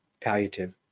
palliative